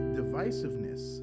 divisiveness